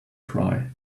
cry